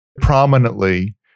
prominently